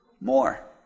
more